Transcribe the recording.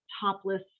topless